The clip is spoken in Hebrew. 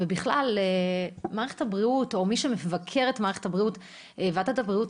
ובכלל מערכת הבריאות או מי שמבקר את מערכת הבריאות - ועדת הבריאות,